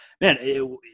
man